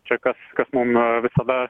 čia kas kas man visada